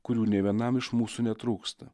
kurių nė vienam iš mūsų netrūksta